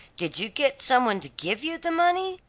did you get some one to give you the money?